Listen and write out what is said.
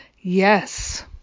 Yes